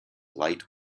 light